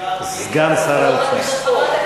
סגן שר האוצר.